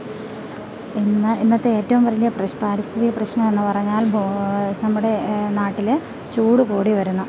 എന്നാൽ ഇന്നത്തെ ഏറ്റവും വലിയ പ്രശ് പാരിസ്ഥിതിക പ്രശ്നവെന്ന് പറഞ്ഞാല് നമ്മുടെ നാട്ടില് ചൂട് കൂടി വരുന്നു